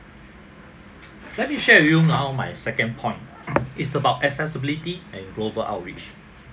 let me share with you now my second point is about accessibility and global outreach